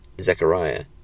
Zechariah